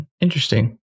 Interesting